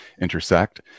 intersect